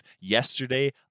yesterday